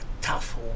tough